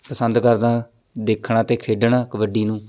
ਪਸੰਦ ਕਰਦਾ ਦੇਖਣਾ ਅਤੇ ਖੇਡਣਾ ਕਬੱਡੀ ਨੂੰ